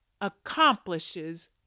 accomplishes